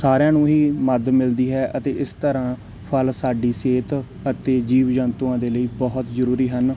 ਸਾਰਿਆਂ ਨੂੰ ਹੀ ਮਦਦ ਮਿਲਦੀ ਹੈ ਅਤੇ ਇਸ ਤਰ੍ਹਾਂ ਫ਼ਲ ਸਾਡੀ ਸਿਹਤ ਅਤੇ ਜੀਵ ਜੰਤੂਆਂ ਦੇ ਲਈ ਬਹੁਤ ਜ਼ਰੂਰੀ ਹਨ